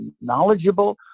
knowledgeable